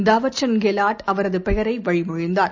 தாவர்ச்ந்த கேலாட் அவரது பெயரை வழிமொழிந்தார்